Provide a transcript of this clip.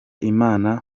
imana